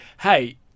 hey